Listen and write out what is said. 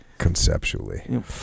conceptually